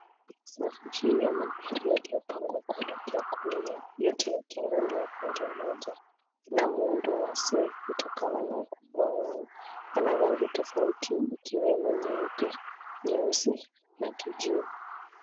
Safu hii ya magari yaliyopangwa kuelekea kulia yote yakiangalia upande moja ina muundo SUV kutokana na ukubwa wao yana rangi tofauti ikiwemo nyeupe, nyeusi na kijivu.